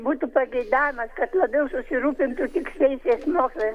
būtų pageidavimas kad labiau susirūpintų tiksliaisiais mokslais